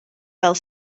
fel